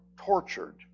tortured